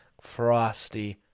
frosty